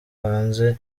hanze